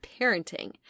parenting